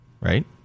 right